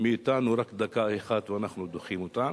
מאתנו רק דקה אחת ואנחנו דוחים אותן